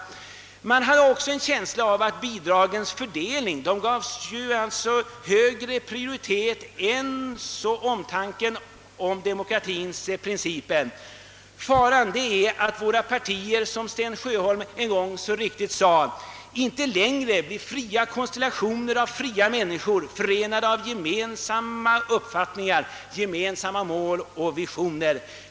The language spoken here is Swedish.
Man hade också en känsla av att bidragens fördelning gavs högre prioritet än omtanken om demokratiens principer. Faran är att våra partier, som Sten Sjöholm en gång så riktigt sade, inte längre blir fria konstellationer av fria människor, förenade av gemensamma uppfattningar, gemensamma mål och visioner.